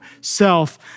self